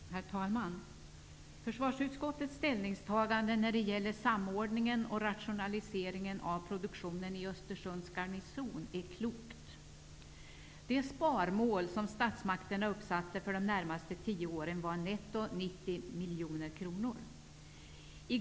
Herr talman! Försvarsutskottets ställningstagande när det gäller samordningen och rationaliseringen av produktionen i Östersunds garnison är klokt. Det sparmål som statsmakterna uppsatte för de närmaste tio åren var 90 miljoner kronor netto.